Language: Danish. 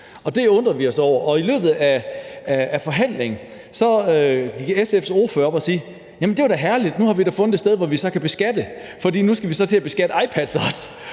Det undrede vi os over, og i løbet af forhandlingen gik SF's ordfører op og sagde: Jamen det var da herligt, nu har vi fundet et sted, hvor vi så kan beskatte, for nu skal vi til at beskatte iPads også.